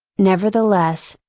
nevertheless,